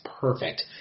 perfect